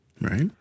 Right